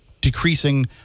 decreasing